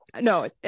no